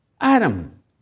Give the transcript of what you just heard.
Adam